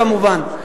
כמובן.